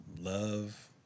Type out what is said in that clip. love